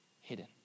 Hidden